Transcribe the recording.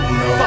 no